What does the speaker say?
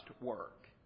work